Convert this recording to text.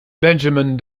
benjamin